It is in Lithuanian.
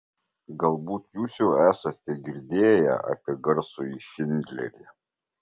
galbūt jūs jau esate girdėję apie garsųjį šindlerį